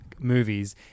movies